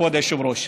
כבוד היושב-ראש: